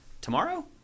tomorrow